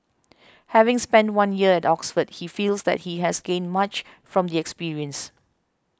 having spent one year at Oxford he feels that he has gained much from the experience